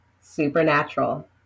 supernatural